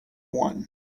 won